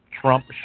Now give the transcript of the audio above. Trump